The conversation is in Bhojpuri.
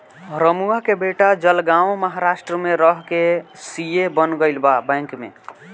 रमुआ के बेटा जलगांव महाराष्ट्र में रह के सी.ए बन गईल बा बैंक में